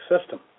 system